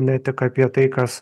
ne tik apie tai kas